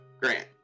Grant